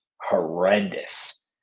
horrendous